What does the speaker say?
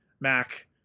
Mac